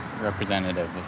representative